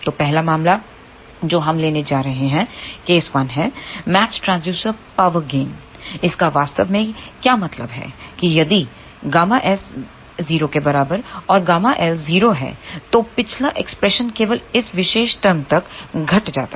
तो पहला मामला जो हम लेने जा रहे हैं वह केस 1 है मैचड ट्रांसड्यूसर पावर गेन इसका वास्तव में क्या मतलब है कि यदि Γs 0 और ΓL 0 है तो पिछला एक्सप्रेशन केवल इस विशेष टर्म तक घट जाता है